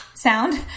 sound